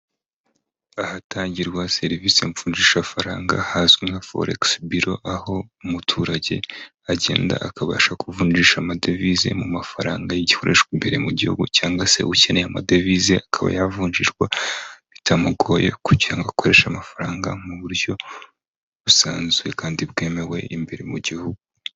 Ahatangirwa serivisi mvunjisha faranga hazwi nka foregisi biro aho umuturage agenda akabasha kuvunjisha amadevize mu mafaranga y'igikoreshwa imbere mu gihugu cyangwa se ukeneye amadevize akaba yavunjishwa bitamugoye kugira ngo akoreshe amafaranga mu buryo busanzwe kandi bwemewe imbere mu gihugu.